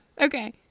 Okay